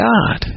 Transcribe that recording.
God